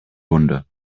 wunde